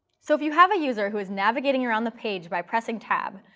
so if you have a user who is navigating around the page by pressing tab,